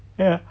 ya